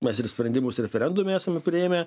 mes ir sprendimus referendume esame priėmę